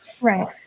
Right